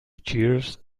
cheers